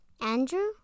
Andrew